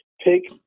pick